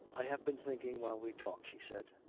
i have been thinking while we talked, she said.